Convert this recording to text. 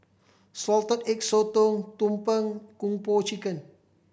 Salted Egg Sotong tumpeng Kung Po Chicken